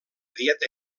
dieta